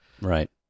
right